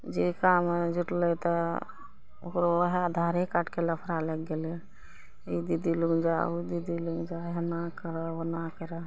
जे काम जुटलय तऽ ओकरो वएह आधारे कार्डके लफरा लागि गेलय ई दीदी लगुन जा उ दीदी लगुन जा एना करऽ ओना करऽ